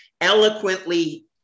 eloquently